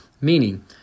Meaning